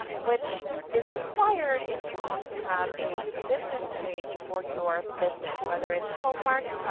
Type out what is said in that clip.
which is required if you want to have a business page for your business, whether it's home work,